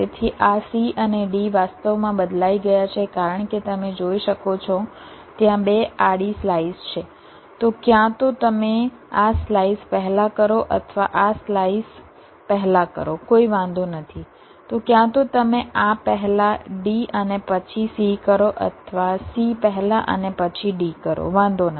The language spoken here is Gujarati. તેથી આ c અને d વાસ્તવમાં બદલાઈ ગયા છે કારણ કે તમે જોઈ શકો છો ત્યાં 2 આડી સ્લાઈસ છે તો ક્યાં તો તમે આ સ્લાઈસ પહેલા કરો અથવા આ સ્લાઈસ પહેલા કરો કોઈ વાંધો નથી તો ક્યાં તો તમે આ પહેલા d અને પછી c કરો અથવા c પહેલા અને પછી d કરો વાંધો નથી